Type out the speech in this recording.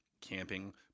camping